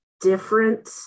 different